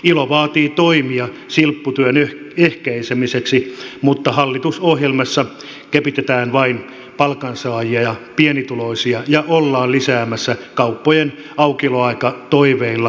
ilo vaatii toimia silpputyön ehkäisemiseksi mutta hallitusohjelmassa kepitetään vain palkansaajia ja pienituloisia ja ollaan kauppojen aukioloaikatoiveilla lisäämässä silpputöitä